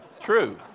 True